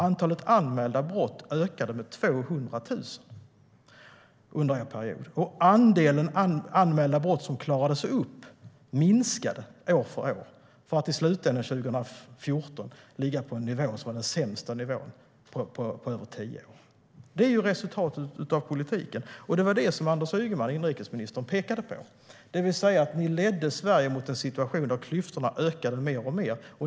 Antalet anmälda brott ökade med 200 000. Andelen anmälda brott som klarades upp minskade år för år för att i slutändan, år 2014, ligga på en nivå som är den sämsta nivån på över tio år. Det är resultatet av politiken. Det var detta som inrikesminister Anders Ygeman pekade på. Ni ledde Sverige mot en situation där klyftorna ökade mer och mer.